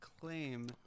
claim